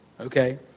Okay